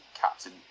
Captain